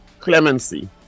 clemency